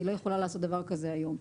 אני לא יכולה לעשות דבר כזה היום.